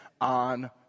on